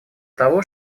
того